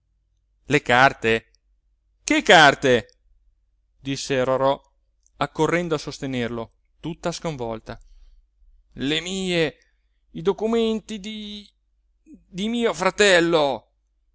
le carte che carte disse rorò accorrendo a sostenerlo tutta sconvolta le mie i documenti di di mio fratello